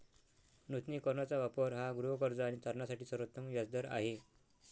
नूतनीकरणाचा वापर हा गृहकर्ज आणि तारणासाठी सर्वोत्तम व्याज दर आहे